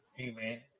Amen